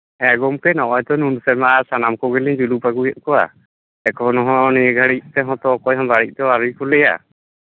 ᱦᱮᱸ ᱜᱚᱢᱠᱮ ᱱᱚᱜᱼᱚᱭ ᱛᱚ ᱱᱩᱱ ᱥᱮᱨᱢᱟ ᱥᱟᱱᱟᱢ ᱠᱚᱜᱮᱞᱤᱧ ᱡᱩᱞᱩᱯ ᱟᱹᱜᱩᱭᱮᱫ ᱠᱚᱣᱟ ᱮᱠᱷᱚᱱ ᱦᱚᱸ ᱱᱤᱭᱟᱹ ᱜᱷᱟᱹᱲᱤᱡ ᱛᱮᱦᱚᱸ ᱚᱠᱚᱭᱦᱚᱸ ᱵᱟᱹᱲᱤᱡ ᱛᱚ ᱟᱹᱣᱨᱤ ᱠᱚ ᱞᱟᱹᱭᱟ